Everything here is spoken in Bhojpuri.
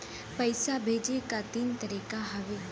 पइसा भेजे क तीन तरीका हउवे